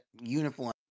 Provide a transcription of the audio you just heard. uniform